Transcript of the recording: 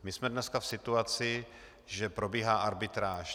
My jsme dneska v situaci, že probíhá arbitráž.